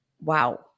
Wow